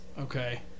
Okay